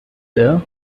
there